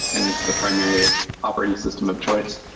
and it's the primary operating system of choice.